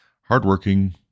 Hardworking